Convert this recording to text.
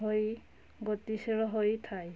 ହୋଇ ଗତିଶୀଳ ହୋଇଥାଏ